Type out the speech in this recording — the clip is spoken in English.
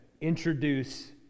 introduce